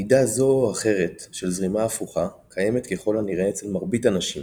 מידה זו או אחרת של זרימה הפוכה קיימת ככל הנראה אצל מרבית הנשים